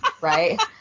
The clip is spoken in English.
right